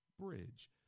Bridge